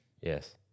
Yes